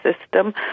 system